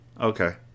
Okay